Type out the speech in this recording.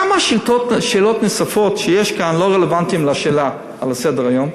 כמה שאלות נוספות כאן לא רלוונטיות לשאלה שעל סדר-היום?